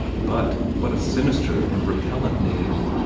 but what a sinister and repellent name!